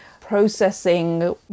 processing